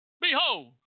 Behold